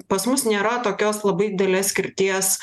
pas mus nėra tokios labai didelės skirties